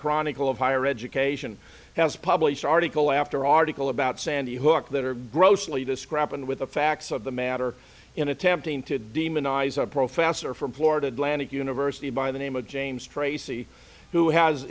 chronicle of higher education has published article after article about sandy hook that are grossly to scrap and with the facts of the matter in attempting to demonize a professor from florida atlantic university by the name of james tracy who has